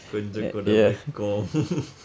கொஞ்சம் கூட வெட்கம்:koncham kuuda vaetkaam